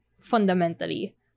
fundamentally